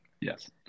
Yes